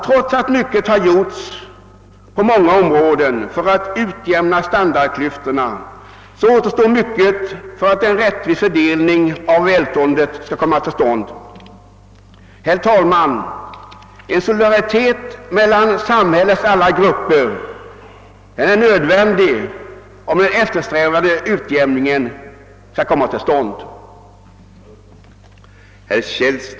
Trots att åtskilligt har gjorts på många områden för att utjämna standardklyftorna återstår mycket för att en rättvis fördelning av välståndet skall komma till stånd. Herr talman! En solidaritet mellan samhällets alla grupper är nödvändig, om den eftersträvade utjämningen skall bli verklighet.